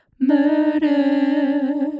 murder